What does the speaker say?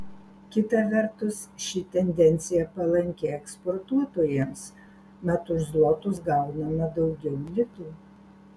kita vertus ši tendencija palanki eksportuotojams mat už zlotus gaunama daugiau litų